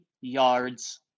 yards